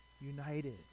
united